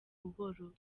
buhoro